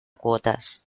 quotes